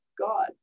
God